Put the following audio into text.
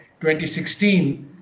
2016